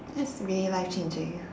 that's really life changing ya